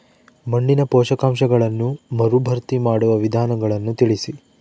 ಮಣ್ಣಿನ ಪೋಷಕಾಂಶಗಳನ್ನು ಮರುಭರ್ತಿ ಮಾಡುವ ವಿಧಾನಗಳನ್ನು ತಿಳಿಸಿ?